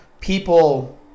people –